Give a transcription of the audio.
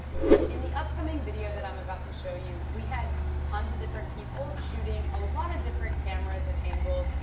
in the upcoming video that i'm about to show you, we had tons of different people shooting a lotta different cameras and angles,